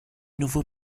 nouveau